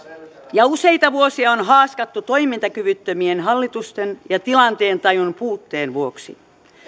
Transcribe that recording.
ja useita vuosia on haaskattu toimintakyvyttömien hallitusten ja tilanteentajun puutteen vuoksi